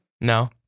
No